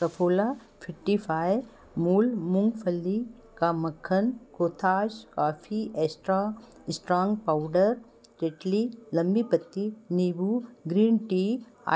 Saffola fitify मूल मूँगफली का मक्खन Cothas coffee extra strong powder Tetley लम्बी पत्ती नीम्बू ग्रीन टी